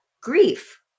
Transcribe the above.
grief